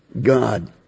God